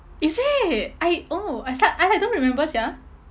is it I oh I sa~ I like don't remember sia